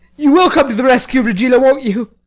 you will come to the rescue, regina, won't you?